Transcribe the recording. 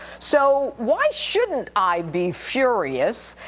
so, why shouldn't i be furious?